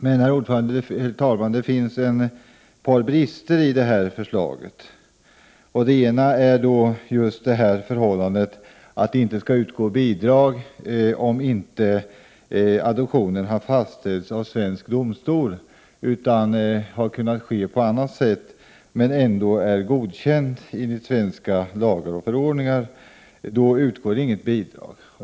Men, herr talman, det finns ett par brister i förslaget från utskottet. Den ena är det förhållandet att bidrag inte skall utgå om inte adoptionen har fastställts av svensk domstol utan har kunnat ske på annat sätt men ändå är godkänd enligt svenska lagar och förordningar.